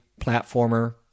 platformer